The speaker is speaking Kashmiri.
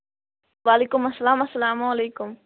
وعلیکُم اسلام اسلام علیکُم